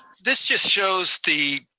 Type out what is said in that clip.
this just shows the